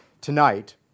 tonight